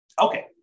Okay